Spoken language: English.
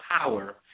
power